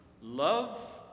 love